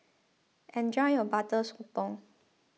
enjoy your Butter Sotong